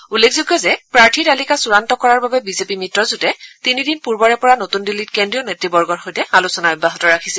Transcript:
উল্লেখযোগ্য যে প্ৰাৰ্থীৰ তালিকা চূড়ান্ত কৰাৰ বাবে বিজেপি মিত্ৰজোঁটে তিনিদিন পূৰ্বৰে পৰা নতুন দিল্লীত কেন্দ্ৰীয় নেতৃবৰ্গৰ সৈতে আলোচনা অব্যাহত ৰাখিছিল